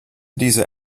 dieser